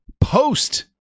Post